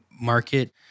market